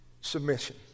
submission